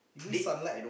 leave I don't